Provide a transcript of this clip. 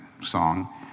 song